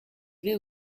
avait